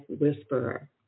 Whisperer